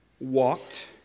walked